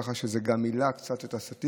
כך שזה העלה את הסטטיסטיקה.